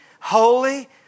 holy